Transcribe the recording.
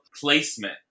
placement